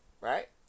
right